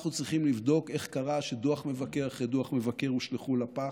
אנחנו צריכים לבדוק איך קרה שדוח מבקר אחר דוח מבקר הושלכו לפח,